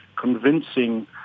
convincing